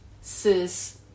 sis